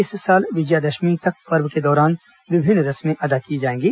इस साल विजयादशमी तक पर्व के दौरान विभिन्न रस्में अदा की जाएंगी